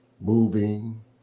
moving